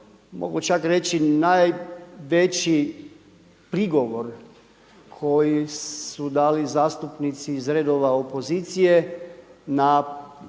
mogu čak reći najveći prigovor koji su dali zastupnici iz redova opozicije na